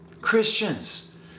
Christians